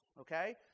okay